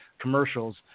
commercials